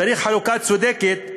צריך חלוקה צודקת,